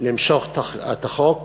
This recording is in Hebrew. למשוך את החוק